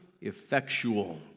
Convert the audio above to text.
effectual